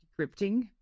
decrypting